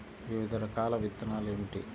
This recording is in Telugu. వివిధ రకాల విత్తనాలు ఏమిటి?